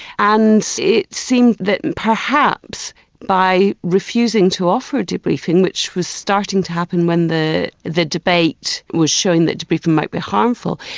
and so it seemed that perhaps by refusing to offer debriefing, which was starting to happen when the the debate was showing that it might be harmful,